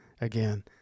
again